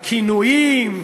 הכינויים,